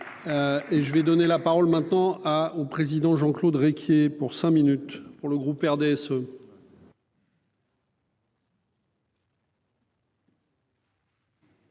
je vais donner la parole maintenant à au président Jean-Claude Requier pour cinq minutes pour le groupe RDSE.